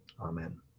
Amen